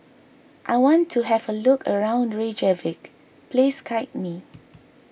I want to have a look around Reykjavik please guide me